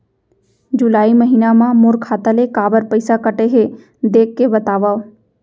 जुलाई महीना मा मोर खाता ले काबर पइसा कटे हे, देख के बतावव?